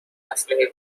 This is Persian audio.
نسل